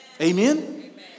Amen